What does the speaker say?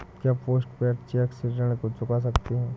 क्या post paid cheque से ऋण को चुका सकते हैं?